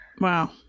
Wow